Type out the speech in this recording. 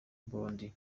mbondi